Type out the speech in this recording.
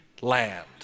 land